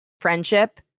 friendship